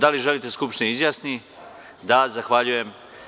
Da li želite da se Skupština izjasni? (Da) Zahvaljujem.